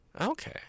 okay